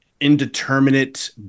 indeterminate